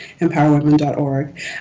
empowerwomen.org